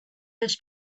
his